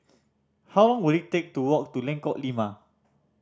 how long will it take to walk to Lengkok Lima